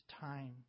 time